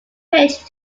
ridge